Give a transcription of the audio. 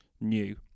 new